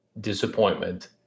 Disappointment